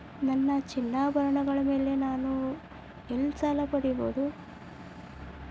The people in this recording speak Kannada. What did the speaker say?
ನನ್ನ ಚಿನ್ನಾಭರಣಗಳ ಮೇಲೆ ನಾನು ಎಲ್ಲಿ ಸಾಲ ಪಡೆಯಬಹುದು?